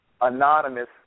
anonymous